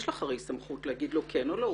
יש לך הרי סמכות להגיד לך כן או לא.